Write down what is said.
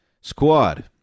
squad